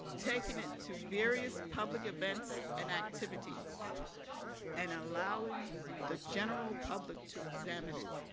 taking it to various public events and activities and allowing the general public to examine it